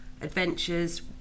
adventures